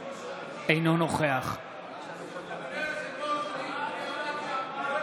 אינו נוכח אדוני היושב-ראש,